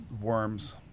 worms